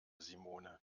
simone